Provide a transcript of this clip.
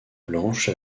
blanche